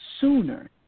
sooner